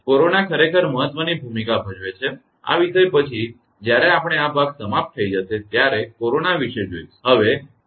corona ખરેખર મહત્વની ભૂમિકા ભજવે છે આ વિષય પછી જ્યારે આપણે આ ભાગ સમાપ્ત થઈ જશે ત્યારે આપણે કોરોના લોસ વિશે જોઇશું